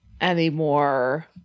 anymore